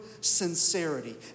sincerity